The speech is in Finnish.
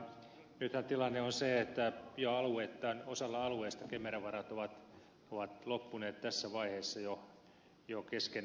nythän tilanne on se että alueittain osalla alueista kemera varat ovat loppuneet tässä vaiheessa jo kesken vuoden